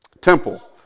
temple